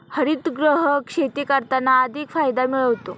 हरितगृह शेती करताना अधिक फायदा मिळतो